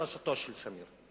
בראשותו של שמיר.